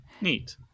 Neat